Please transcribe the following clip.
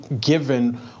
given